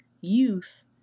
youth